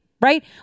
right